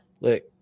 Look